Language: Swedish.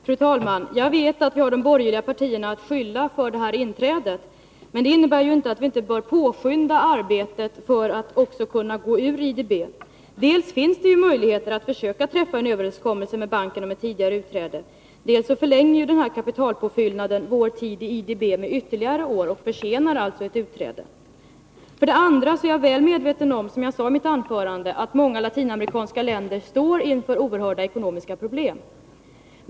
Fru talman! Jag vet att vi har de borgerliga partierna att skylla för inträdet, men det innebär ju inte att vi inte bör påskynda arbetet för att kunna gå ur IDB. Dels finns ju möjligheterna att försöka träffa en överenskommelse med banken om ett tidigare utträde, dels förlänger denna kapitalpåfyllnad vår tid i IDB med ytterligare år och försenar alltså ett utträde. Vidare är jag väl medveten om, som jag sade i mitt anförande, att många latinamerikanska länder står inför oerhörda ekonomiska problem.